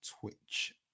Twitch